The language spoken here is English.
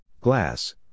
Glass